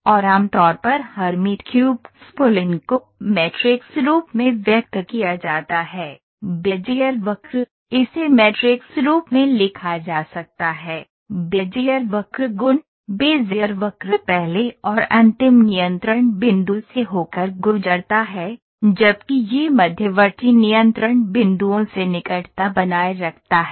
और आम तौर पर हरमीट क्यूब स्प्लिन को मैट्रिक्स रूप में व्यक्त किया जाता है बेजियर वक्र इसे मैट्रिक्स रूप में लिखा जा सकता है बेजियर क्रव गुण बेज़ियर वक्र पहले और अंतिम नियंत्रण बिंदु से होकर गुजरता है जबकि यह मध्यवर्ती नियंत्रण बिंदुओं से निकटता बनाए रखता है